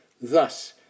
Thus